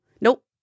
nope